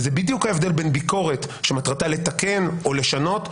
וזה בדיוק ההבדל בין ביקורת שמטרתה לתקן או לשנות,